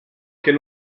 can